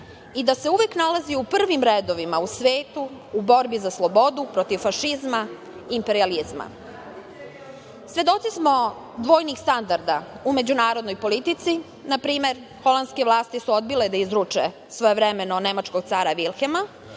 i uvek se nalazio u prvim redovima u svetu u borbi za slobodu, protiv fašizma, imperijalizma. Svedoci smo dvojnih standarda u međunarodnoj politici. Na primer, holandske vlasti su odbile da izruče svojevremeno nemačkog cara Vilhelma